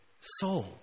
soul